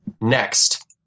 Next